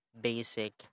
basic